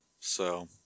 So